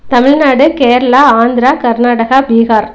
Tamil Nadu Kerala Andhra Karnataka Bihar